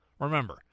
Remember